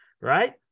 right